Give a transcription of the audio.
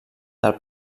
del